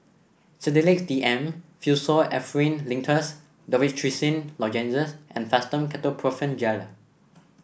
Sedilix D M Pseudoephrine Linctus Dorithricin Lozenges and Fastum Ketoprofen Gel